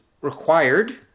required